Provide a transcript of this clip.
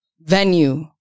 venue